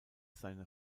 seine